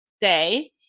day